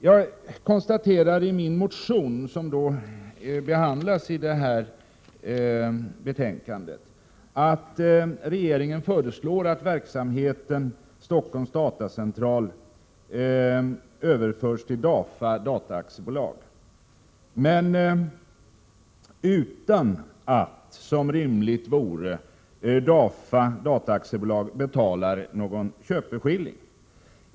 Jag konstaterar i min motion, som behandlas i detta betänkande, att regeringen föreslår att verksamheten vid Stockholms Datamaskincentral överförs till DAFA Data AB utan att, som rimligt vore, DAFA Data AB betalar någon köpeskilling.